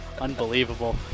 Unbelievable